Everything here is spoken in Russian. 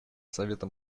советом